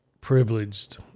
privileged